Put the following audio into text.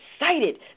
excited